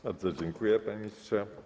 Bardzo dziękuję, panie ministrze.